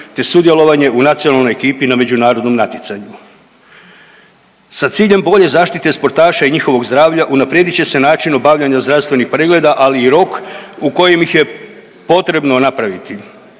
te sudjelovanje u nacionalnoj ekipi na međunarodnom natjecanju. Sa ciljem bolje zaštite sportaša i njihovog zdravlja unaprijedit će se način obavljanja zdravstvenih pregleda, ali i rok u kojem ih je potrebno napraviti